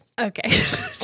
Okay